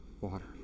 water